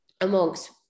amongst